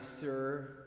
sir